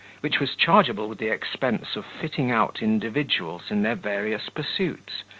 which was chargeable with the expense of fitting out individuals in their various pursuits,